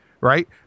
right